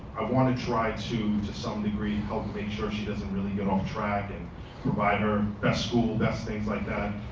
i wanna try to to some degree help make sure she doesn't really get off track and provide her best school, best things like that.